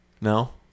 No